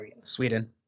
Sweden